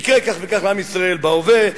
יקרה כך וכך לעם ישראל בהווה.